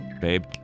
babe